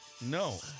No